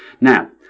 Now